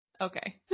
Okay